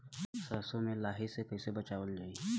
सरसो में लाही से कईसे बचावल जाई?